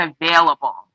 available